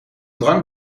drank